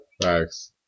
Thanks